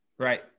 right